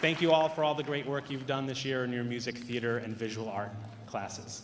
thank you all for all the great work you've done this year in your music theater and visual art classes